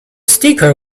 sticker